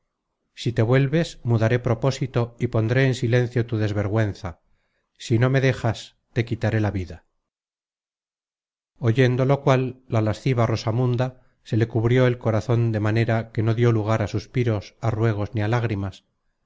si te vuelves mudaré propósito y pondré en silencio tu desvergüenza si no me dejas te quitaré la vida oyendo lo cual la lasciva rosamunda se le cubrió el corazon de manera que no dió lugar á suspiros á ruegos ni á lágrimas